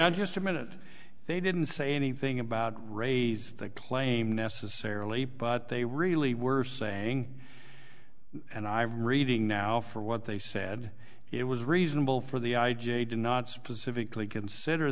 now just a minute they didn't say anything about raise the claim necessarily but they really were saying and i reading now for what they said it was reasonable for the i j a did not specifically consider